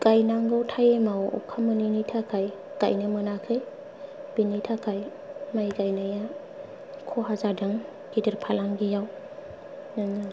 गायनांगौ टाइमाव अखा मोनिनि थाखाय गायनोमोनाखै बेनि थाखाय माइ गायनाया खहा जादों गिदिर फालांगियाव बिदिनो